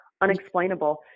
unexplainable